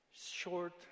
short